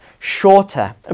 shorter